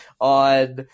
on